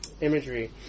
imagery